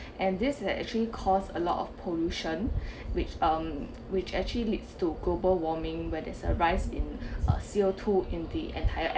and this actually cost a lot of pollution which um which actually leads to global warming where there's a rise in C_O two in the entire